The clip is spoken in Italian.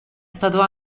stato